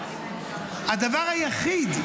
הדבר היחיד.